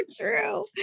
true